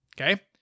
Okay